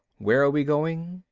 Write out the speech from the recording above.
where are we going?